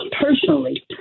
personally